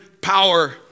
power